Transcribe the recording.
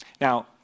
Now